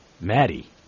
Maddie